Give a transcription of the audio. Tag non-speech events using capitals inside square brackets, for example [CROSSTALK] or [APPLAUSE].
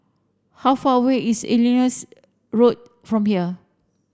how far away is [UNINTELLIGIBLE] Road from here